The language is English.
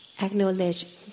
acknowledge